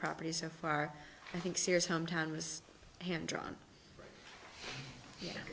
property so far i think sears hometown was hand drawn